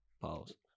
Pause